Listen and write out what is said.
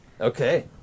Okay